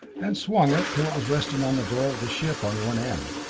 and swung it till it was resting on the door of the ship on one end,